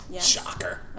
Shocker